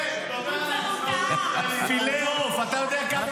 בוא נעשה הכול.